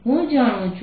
હું જાણું છું કે